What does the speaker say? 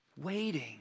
Waiting